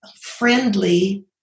friendly